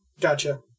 Gotcha